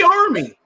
army